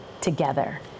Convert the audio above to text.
together